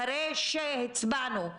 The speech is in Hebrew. אחרי שהצבענו,